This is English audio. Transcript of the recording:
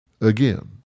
Again